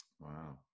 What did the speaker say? Wow